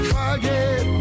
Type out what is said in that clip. forget